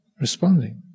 responding